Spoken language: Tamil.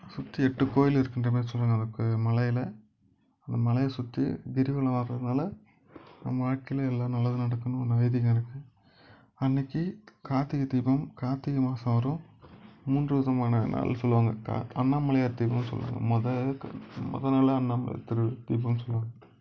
சுற்றி எட்டு கோவில் இருக்கின்ற மாரி சொல்வாங்க அந்த மலையில் அந்த மலையை சுற்றி கிரிவலம் வர்றதுனால் நம்ம வாழ்க்கையில் எல்லா நல்லதும் நடக்கும்னு ஒன்று ஐதீகம் இருக்குது அன்னைக்கு கார்த்திகை தீபம் கார்த்திகை மாசம் வரும் மூன்று விதமான நாள் சொல்வாங்க இப்போ அண்ணாமலையார் தீபம்னு சொல்வாங்க மொதல் இதுக்கு மொதல் நாள் அண்ணாமலை தீபம்னு சொல்வாங்க